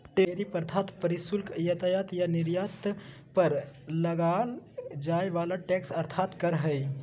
tariff अर्थात् प्रशुल्क आयात या निर्यात पर लगाल जाय वला टैक्स अर्थात् कर हइ